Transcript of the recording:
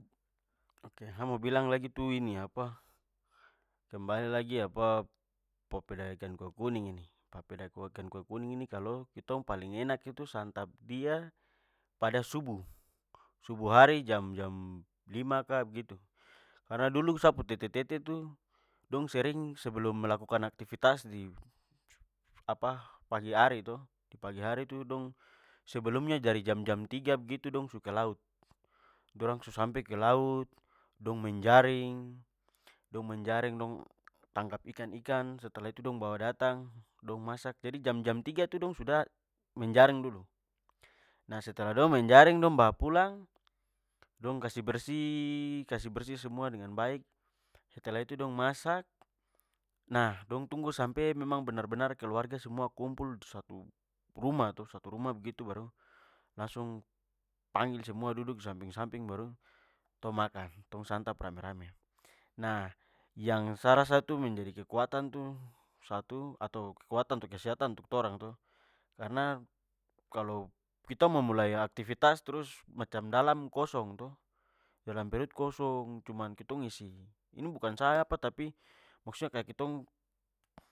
Ok, sa mo bilang lagi tu ini apa kembali lagi apa papeda ikan kuah kuning ini. Papeda ikan kuah kuning ini kalo paling enak itu santap dia pada subuh. Subuh hari jam-jam lima ka begitu, karna dulu sa pu tete-tete tu, dong sering sebelum melakukan aktivitas di apa pagi hari to. Pagi hari tu sebelumnya dari jam-jam tiga begitu dong ke laut. Dorang su sampe ke laut, dong menjaring, dong tangkap ikan-ikan. Setelah itu, dong bawa datang, dong masak. Jadi, jam-jam tiga itu dong sudah menjaring dulu. Nah setelah dong menjring, dong bawa pulang, dong kasih bersih. Kasih bersih semua dengan baik, setelah itu dong masak. Nah dong tunggu sampe benar-benar keluarga semua kumpul satu rumah tu satu rumah- begitu baru langsung panggil semua duduk samping-samping baru tong makan, tong santap rame-rame. Nah yang sa rasa tu menjadi kekuatan tu satu atau kekuatan atau kesehatan untuk torang tu karna kalo kita mulai aktiviats trus macam dalam kosong to dalam perut-kosong cuman ketong isi ini bukan sa apa tapi maksudnya kaya ketong